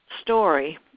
story